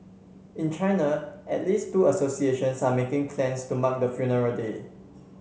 in China at least two associations are making plans to mark the funeral day